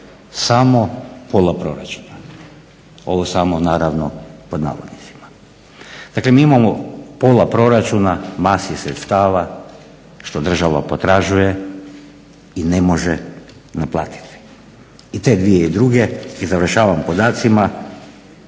ali to je "samo" pola proračuna. Dakle, mi imamo pola proračuna masi sredstava što država potražuje i ne može naplatiti. I te 2002. i završavam podacima